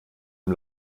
dem